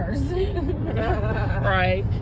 Right